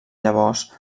llavors